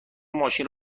ماشین